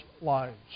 lives